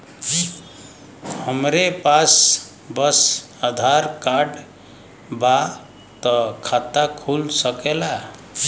हमरे पास बस आधार कार्ड बा त खाता खुल सकेला?